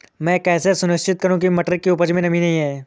मैं कैसे सुनिश्चित करूँ की मटर की उपज में नमी नहीं है?